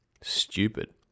stupid